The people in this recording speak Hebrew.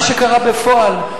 מה שקרה בפועל,